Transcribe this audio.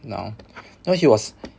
no no he was